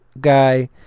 guy